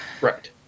Right